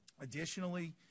Additionally